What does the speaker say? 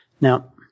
Now